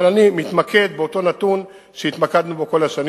אבל אני מתמקד באותו נתון שהתמקדנו בו כל השנים,